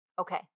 Okay